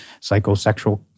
psychosexual